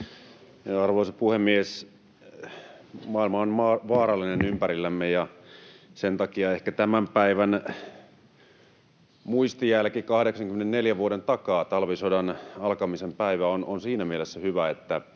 Arvoisa puhemies! Maailma on vaarallinen ympärillämme, ja sen takia ehkä tämän päivän muistijälki 84 vuoden takaa — talvisodan alkamisen päivästä — on siinä mielessä hyvä, että